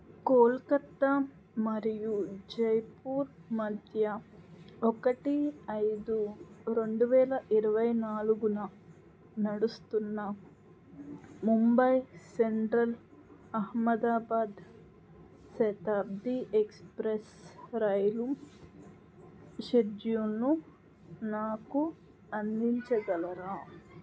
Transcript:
కోల్కత్తా మరియు జైపూర్ మధ్య ఒకటి ఐదు రెండు వేల ఇరవై నాలుగున నడుస్తున్న ముంబై సెంట్రల్ అహ్మదాబాద్ శతాబ్ది ఎక్స్ప్రెస్ రైలు షెడ్యూల్ను నాకు అందించగలరా